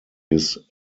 his